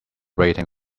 rating